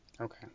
Okay